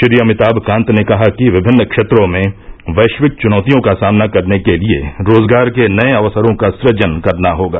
श्री अमिताम कांत ने कहा कि विभिन्न क्षेत्रों में वैश्विक चुनौतियों का सामना करने के लिए रोजगार के नये अवसरों का सूजन करना होगा